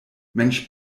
mensch